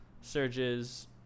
Surges